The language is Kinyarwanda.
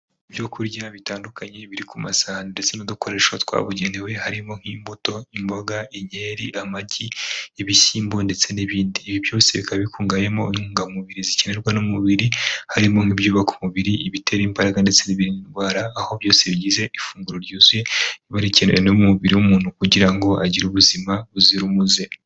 Ibyo kurya bitandukanye biri ku masahani ndetse n'udukoresho twabugenewe. Harimo nk'imbuto, imboga inkeri, amagi, ibishyimbo ndetse n'ibindi, ibi byose bikaba bikungahayemo intungamubiri zikenerwa n'umubiri. Harimo: ibyubaka umubiri, ibitera imbaraga ndetse n' ibirinda indwara, aho byose bigize ifunguro ryuzuye riba rikenewe n'umubiri w'umuntu kugira ngo agire ubuzima buzira umuze.